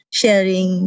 sharing